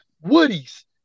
Woody's